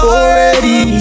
Already